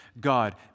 God